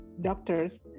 Doctors